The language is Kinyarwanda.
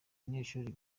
banyeshuri